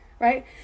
right